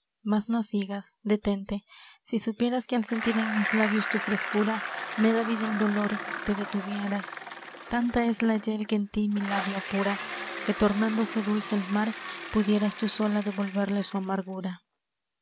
mas no sigas detente si supieras que al sentir en mis labios tu frescura me dá vida el dolor te detuvieras tánta es la hiel que en tí mi labio apura que tornándose dulce el mar pudieras tú sola devolverle su amargura